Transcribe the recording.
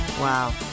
Wow